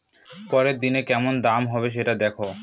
পরের দিনের কেমন দাম হবে, সেটা দেখে